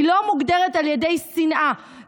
על ידי שנאה,